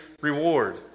reward